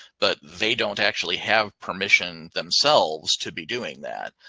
but they don't actually have permission themselves to be doing that.